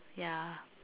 ya